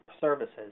services